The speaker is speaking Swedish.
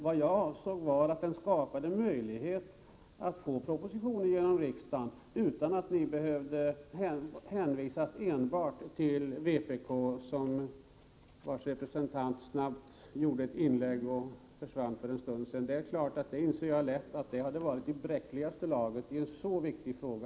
Vad jag avsåg var att uppgörelsen skapade möjlighet att få propositionen genom riksdagen utan att ni var hänvisade enbart till stöd från vpk, vars representant snabbt gjorde ett inlägg i debatten här och därefter lämnade kammaren. Jaginser lätt att det stödet hade varit i bräckligaste laget i en så viktig fråga.